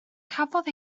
cafodd